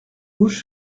gauche